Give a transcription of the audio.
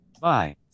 Bye